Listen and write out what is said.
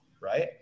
right